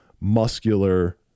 muscular